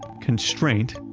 constraint,